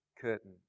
curtain